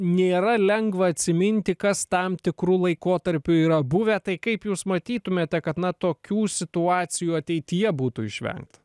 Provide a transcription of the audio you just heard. nėra lengva atsiminti kas tam tikru laikotarpiu yra buvę tai kaip jūs matytumėte kad nuo tokių situacijų ateityje būtų išvengta